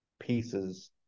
pieces